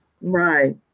right